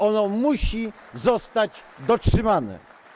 Ono musi zostać dotrzymane.